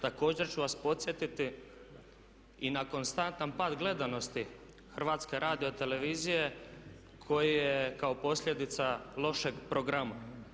Također ću vas podsjetiti i na konstantan pad gledanosti HRT-a koji je kao posljedica lošeg programa.